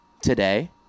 today